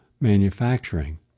manufacturing